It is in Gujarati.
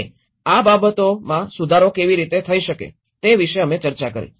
અને આ બાબતોમાં સુધારો કેવી રીતે થઈ શકે તે વિશે અમે ચર્ચા કરી